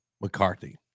McCarthy